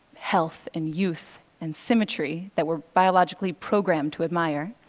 health and youth and symmetry that we're biologically programmed to admire,